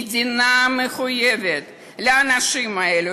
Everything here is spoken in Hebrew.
המדינה מחויבת לאנשים האלו.